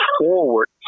forward